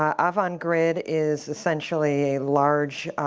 ah avangrid is essentially a large,